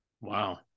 Wow